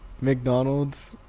McDonald's